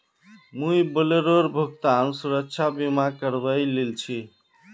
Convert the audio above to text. मुई बोलेरोर भुगतान सुरक्षा बीमा करवइ लिल छि